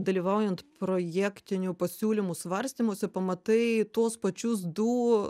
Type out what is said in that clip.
dalyvaujant projektinių pasiūlymų svarstymuose pamatai tuos pačius du